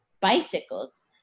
bicycles